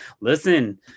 listen